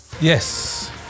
Yes